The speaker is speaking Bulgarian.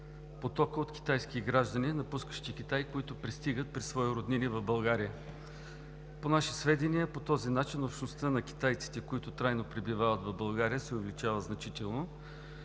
потокът от китайски граждани, напускащи Китай, които пристигат при свои роднини в България. По наши сведения по този начин общността на китайците, които трайно пребивават в България, се увеличава значително.